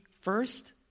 first